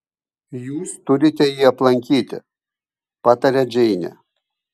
jūs turite jį aplankyti pataria džeinė